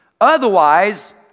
Otherwise